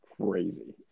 Crazy